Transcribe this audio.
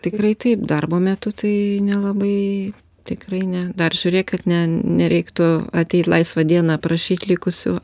tikrai taip darbo metu tai nelabai tikrai ne dar žiūrėk kad ne nereiktų ateit laisvą dieną aprašyt likusių